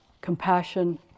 Compassion